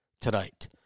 tonight